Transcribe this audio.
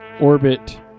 orbit